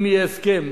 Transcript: אם יהיה הסכם,